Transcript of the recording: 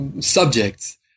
subjects